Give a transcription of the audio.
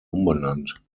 umbenannt